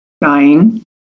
dying